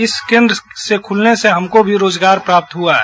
इस केन्द्र के खुलने से हमको भी रोजगार प्राप्त हुआ है